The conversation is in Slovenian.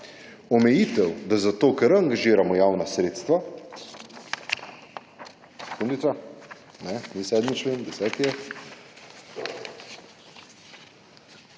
omejitev, da zato, ker angažiramo javna sredstva,